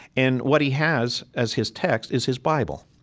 and what he has as his text is his bible.